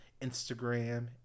Instagram